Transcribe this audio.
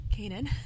Kanan